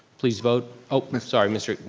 please vote. oh sorry, mr.